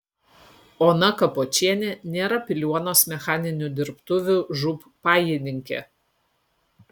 ona kapočienė nėra piliuonos mechaninių dirbtuvių žūb pajininkė